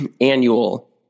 annual